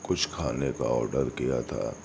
کچھ کھانے کا آرڈر کیا تھا